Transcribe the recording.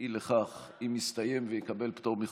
בקריאה השלישית, והחוק נכנס לספר החוקים.